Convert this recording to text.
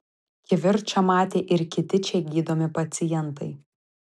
kivirčą matė ir kiti čia gydomi pacientai